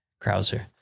Krauser